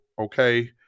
okay